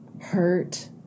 hurt